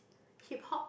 hip hop